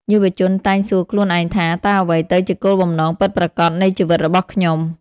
យុវជនតែងសួរខ្លួនឯងថា "តើអ្វីទៅជាគោលបំណងពិតប្រាកដនៃជីវិតរបស់ខ្ញុំ?